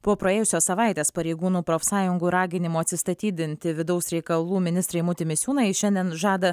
po praėjusios savaitės pareigūnų profsąjungų raginimų atsistatydinti vidaus reikalų ministrą eimutį misiūną jis šiandien žada